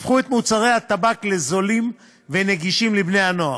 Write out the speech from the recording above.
הפכו את מוצרי הטבק לזולים ונגישים לבני-הנוער.